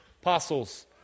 apostles